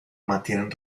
mantienen